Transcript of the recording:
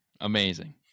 amazing